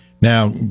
Now